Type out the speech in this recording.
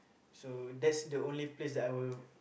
so that's the only place that I will